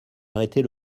arrêter